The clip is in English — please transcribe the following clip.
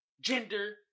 gender